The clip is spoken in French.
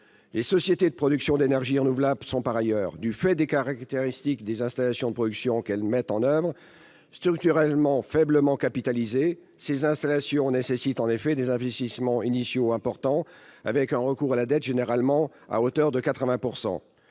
Les sociétés de production d'énergie renouvelable sont par ailleurs, du fait des caractéristiques des installations de production qu'elles mettent en oeuvre, structurellement faiblement capitalisées. Ces installations nécessitent en effet des investissements initiaux importants, avec un recours à la dette généralement à hauteur de 80 %.